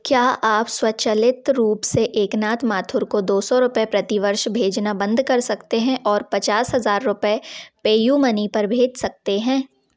क्या आप स्वचालित रूप से एकनाथ माथुर को दो सौ रुपये प्रति वर्ष भेजना बंद कर सकते हैं और पचास हज़ार रुपये पेयू मनी पर भेज सकते हैं